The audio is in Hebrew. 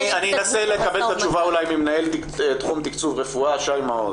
אני אנסה לקבל את התשובה ממנהל תחום תקצוב רפואה שי מעוז.